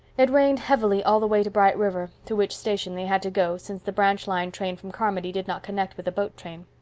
it rained heavily all the way to bright river, to which station they had to go, since the branch line train from carmody did not connect with the boat train.